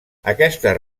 aquestes